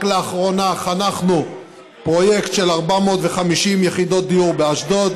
רק לאחרונה חנכנו פרויקט של 450 יחידות דיור באשדוד.